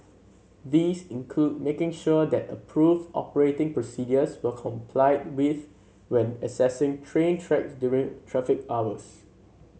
these include making sure that approved operating procedures were complied with when accessing train tracks during traffic hours